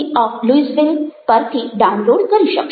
ઓવ Louisville પરથી download કરી શકશો